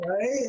Right